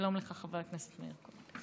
שלום לך, חבר הכנסת מאיר כהן.